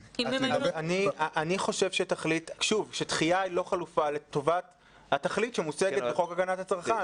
אני חושב שדחייה היא לא חלופה טובה לתכלית שמוצגת בחוק הגנת הצרכן.